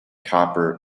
copper